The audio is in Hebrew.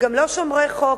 וגם לא שומרי חוק,